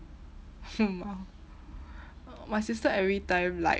my sister everytime like